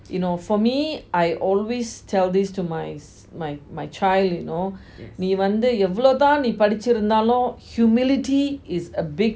you know for me I always tell this to my my my child you know நீ வந்து எவ்ளோ தான் படிச்சி இருந்தாலும்:nee vanthu evlo thaan padichi irunthalum humility is a big